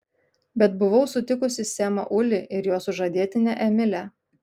bet buvau sutikusi semą ulį ir jo sužadėtinę emilę